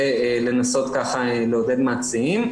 ולנסות ככה לעודד מציעים.